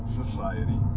society